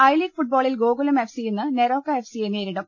I league ഫുട്ബോളിൽ Gokulam F C ഇന്ന് Neroca F സിയെ നേരിടും